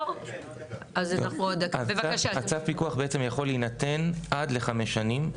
צו הפיקוח יכול להינתן עד חמש שנים.